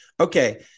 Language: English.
Okay